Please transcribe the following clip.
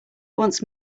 once